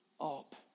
up